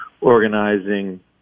organizing